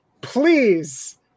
please